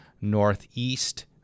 northeast